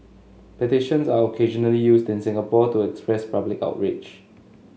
petitions are occasionally used in Singapore to express public outrage